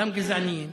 גם גזעניים,